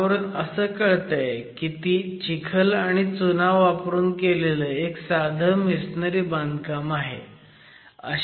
त्यावरून असं कळतंय की ते चिखल आणि चुना वापरून केलेलं एक साधं मेसनरी बांधकाम आहे